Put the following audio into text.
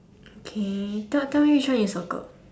okay tell tell me which one is circled